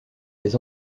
des